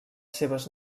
seves